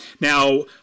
Now